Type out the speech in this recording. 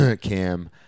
Cam